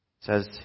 says